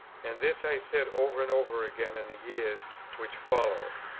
and this i said over and over again in the years which followed,